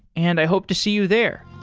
and i hope to see you there.